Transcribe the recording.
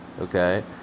Okay